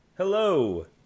Hello